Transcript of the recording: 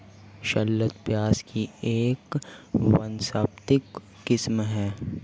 shallot प्याज़ की एक वानस्पतिक किस्म है